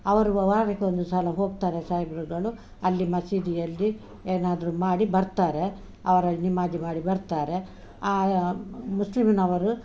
ಅವರು ವ ವಾರಕ್ಕೊಂದು ಸಲ ಹೋಗ್ತಾರೆ ಸಾಯಬ್ರುಗಳು ಅಲ್ಲಿ ಮಸೀದಿಯಲ್ಲಿ ಏನಾದರೂ ಮಾಡಿ ಬರ್ತಾರೆ ಅವರ ನಮಾಜ್ ಮಾಡಿ ಬರ್ತಾರೆ ಮುಸ್ಲಿಮ್ನವರು